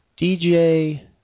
DJ